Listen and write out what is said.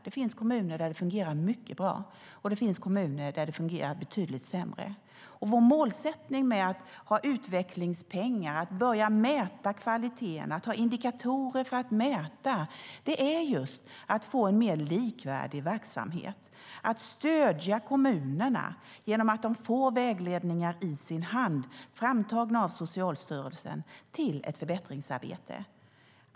Det finns kommuner där det fungerar mycket bra, och det finns kommuner där det fungerar betydligt sämre. Vår målsättning med att ha utvecklingspengar, att börja mäta kvaliteten och att ha indikatorer för mätning är att få en mer likvärdig verksamhet. Kommunerna ska stödjas genom att de får vägledningar i sin hand, framtagna av Socialstyrelsen, till ett förbättringsarbete.